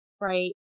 Right